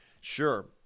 Sure